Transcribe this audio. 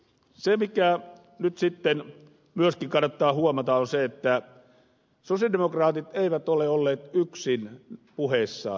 se mikä nyt sitten myöskin kannattaa huomata on se että sosialidemokraatit eivät ole olleet yksin puheissaan